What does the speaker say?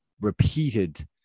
repeated